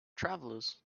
travelers